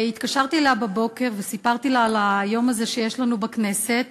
התקשרתי אליה בבוקר וסיפרתי לה על היום הזה שיש לנו בכנסת,